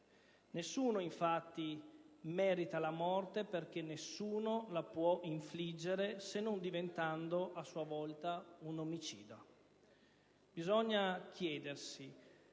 Nessuno, infatti, merita la morte, perché nessuno la può infliggere se non diventando, a sua volta, un omicida. Bisogna chiedersi: